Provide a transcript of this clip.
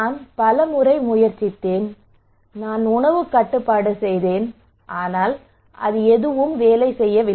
நான் பல முறை முயற்சித்தேன் நான் உணவுக் கட்டுப்பாடு செய்தேன் ஆனால் அது வேலை செய்யவில்லை